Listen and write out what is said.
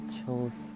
chose